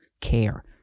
care